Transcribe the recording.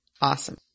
Awesome